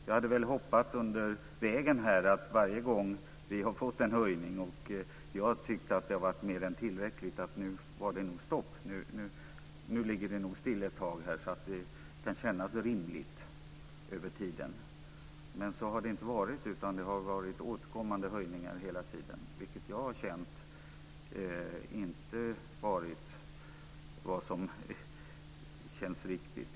Jag har under vägen hoppats varje gång vi har fått en höjning, och jag har tyckt att den har varit mer än tillräcklig, att det nu väl har varit stopp, att vi nu ska ligga still ett tag så att den kan kännas rimlig över tiden. Men så har det inte varit, utan det har varit återkommande höjningar hela tiden. Jag har inte tyckt att de har känts riktiga.